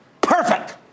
Perfect